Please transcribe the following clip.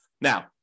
Now